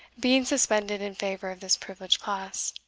being suspended in favour of this privileged class.